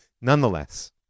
Nonetheless